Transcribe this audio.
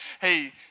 hey